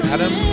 Adam